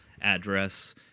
address